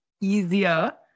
easier